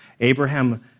Abraham